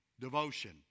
Devotion